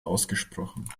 ausgesprochen